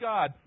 God